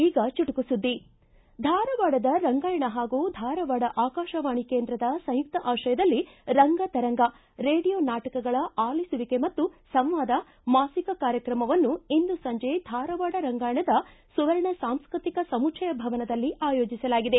ಈಗ ಚುಟುಕು ಸುದ್ದಿ ಧಾರವಾಡದ ರಂಗಾಯಣ ಪಾಗೂಧಾರವಾಡ ಆಕಾಶವಾಣಿ ಕೇಂದ್ರದ ಸಂಯುಕ್ತ ಆಶ್ರಯದಲ್ಲಿ ರಂಗ ತರಂಗ ರೇಡಿಯೊ ನಾಟಕಗಳ ಆಲಿಸುವಿಕೆ ಮತ್ತು ಸಂವಾದ ಮಾಸಿಕ ಕಾರ್ಯಕ್ರಮವನ್ನು ಇಂದು ಸಂಜೆ ಧಾರವಾಡ ರಂಗಾಯಣದ ಸುವರ್ಣ ಸಾಂಸ್ಟೃತಿಕ ಸಮುಚ್ಛಯ ಭವನದಲ್ಲಿ ಆಯೋಜಿಸಲಾಗಿದೆ